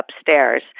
upstairs